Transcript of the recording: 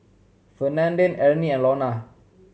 Fernand Arnie and Launa